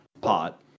pot